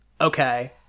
okay